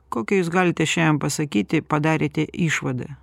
kokią jūs galite šiandien pasakyti padarėte išvadą